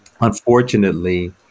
Unfortunately